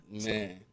Man